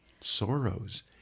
sorrows